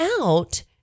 out